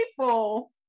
people